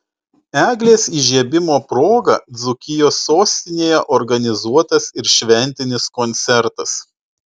eglės įžiebimo proga dzūkijos sostinėje organizuotas ir šventinis koncertas